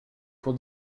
pour